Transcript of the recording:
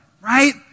right